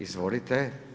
Izvolite.